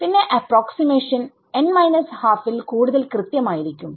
പിന്നെ approximation n ½ൽ കൂടുതൽ കൃത്യമായിരിക്കും